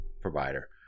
provider